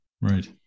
Right